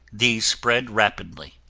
these spread rapidly.